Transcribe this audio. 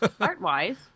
art-wise